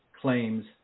claims